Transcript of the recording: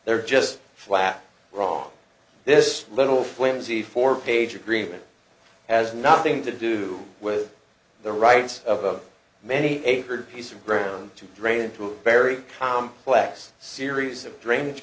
they're just flat wrong this little flimsy four page agreement has nothing to do with the rights of many acres of piece of ground to drain into a very complex series of dr